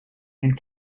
and